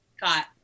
got